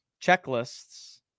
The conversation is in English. checklists